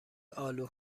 آلو